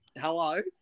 hello